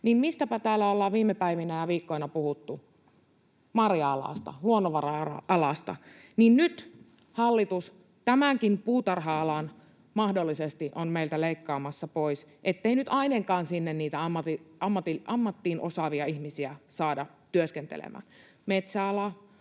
mistäpä täällä ollaan viime päivinä ja viikkoina puhuttu? Marja-alasta, luonnonvara-alasta. Nyt hallitus on tämän puutarha-alankin meiltä mahdollisesti leikkaamassa pois, ettei nyt ainakaan sinne niitä ammatin osaavia ihmisiä saada työskentelemään. — Metsäala,